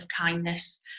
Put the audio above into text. kindness